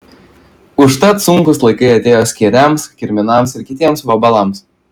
užtat sunkūs laikai atėjo skėriams kirminams ir kitiems vabalams